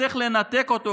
צריך לנתק אותו,